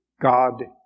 God